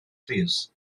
plîs